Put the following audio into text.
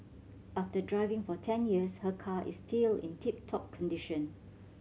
after driving for ten years her car is still in tip top condition